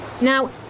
Now